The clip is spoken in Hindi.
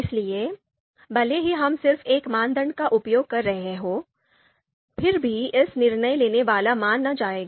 इसलिए भले ही हम सिर्फ एक मानदंड का उपयोग कर रहे हों फिर भी इसे निर्णय लेने वाला माना जाएगा